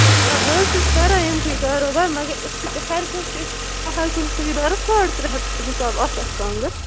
بہٕ حظ چھَس کَران امی کوٕے کار مگر أسۍ چھِ ہر کٲنٛسہِ ہر کُنہِ خٲری دارس ساڈ ترٛےٚ ہتھ حِساب اکھ اکھ کانٛگٕر